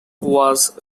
was